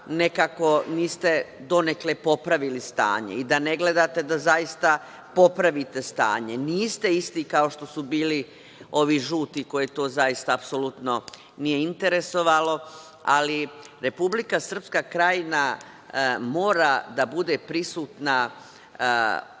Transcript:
nekako niste donekle popravili stanje i da ne gledate da zaista popravite stanje. Niste isti kao što su bili ovi žuti koje to zaista, apsolutno nije interesovalo, ali Republika Srpska Krajina mora da bude prisutna